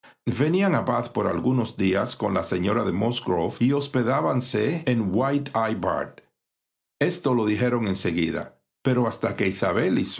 maravillas venían a bath por algunos días con la señora de musgrove y hospedábanse en w esto lo dijeron en seguida pero hasta que